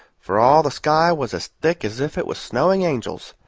for all the sky was as thick as if it was snowing angels.